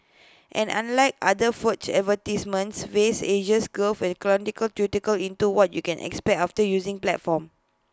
and unlike other vague advertisements Faves Asia's gave A chronological into what you can expect after using platform